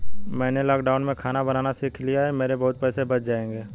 मैंने लॉकडाउन में खाना बनाना सीख लिया है, मेरे बहुत पैसे बच जाएंगे